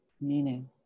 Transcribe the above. meaning